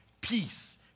peace